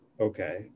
Okay